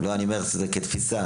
לא, זה כתפיסה.